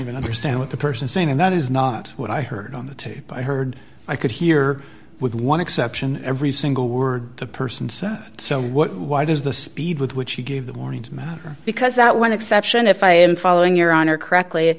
even understand what the person saying and that is not what i heard on the tape i heard i could hear with one exception every single word the person said so why does the speed with which he gave the warning to me because that one exception if i am following your honor correctly it